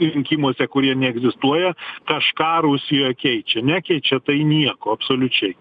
rinkimuose kurie neegzistuoja kažką rusijoj keičia nekeičia tai nieko absoliučiai